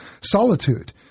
solitude